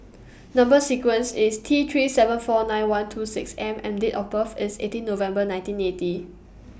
Number sequence IS T three seven four nine one two six M and Date of birth IS eighteen November nineteen eighty